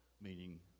meaning